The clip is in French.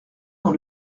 dans